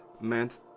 meant